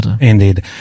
indeed